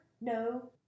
No